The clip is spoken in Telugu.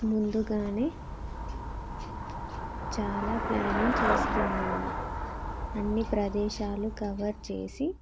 ముందుగానే చాలా ప్లానింగ్ చేసుకున్నాము అన్ని ప్రదేశాలు కవర్ చేసి